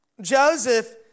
Joseph